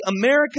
America